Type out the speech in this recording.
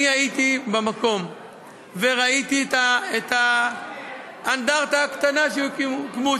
הייתי במקום וראיתי את האנדרטה הקטנה שהוקמה.